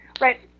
right